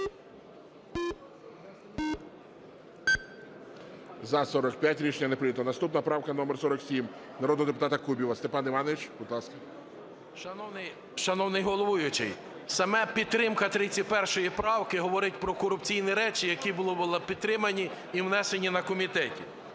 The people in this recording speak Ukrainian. За-45 Рішення не прийнято. Наступна - правка номер 47, народного депутата Кубіва Степана Івановича. Будь ласка. 18:32:47 КУБІВ С.І. Шановний головуючий, саме підтримка 31 правки говорить про корупційні речі, які були підтримані і внесені на комітеті.